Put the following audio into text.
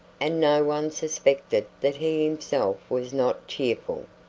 and no one suspected that he himself was not cheerful.